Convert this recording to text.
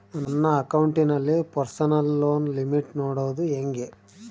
ನನ್ನ ಅಕೌಂಟಿನಲ್ಲಿ personal loan limit ನೋಡದು ಹೆಂಗೆ?